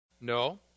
No